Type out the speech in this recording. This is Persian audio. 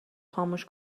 خاموش